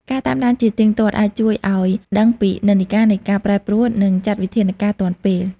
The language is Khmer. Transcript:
ការតាមដានជាទៀងទាត់អាចជួយឱ្យដឹងពីនិន្នាការនៃការប្រែប្រួល និងចាត់វិធានការទាន់ពេល។